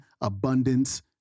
Abundance